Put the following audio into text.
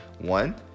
One